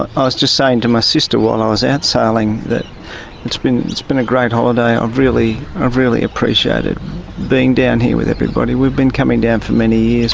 i was just saying to my sister while and i was out and sailing that it's been it's been a great holiday. i've really ah really appreciated being down here with everybody. we've been coming down for many years.